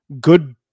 good